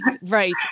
right